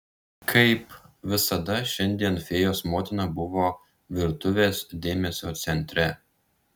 kaip visada šiandien fėjos motina buvo virtuvės dėmesio centre